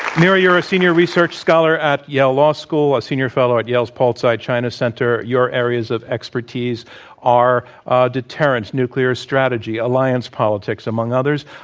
mira, you're a senior research scholar at yale law school, a senior fellow at yale's paul tsai china center. your areas of expertise are deterrent nuclear strategy, alliance politics among others.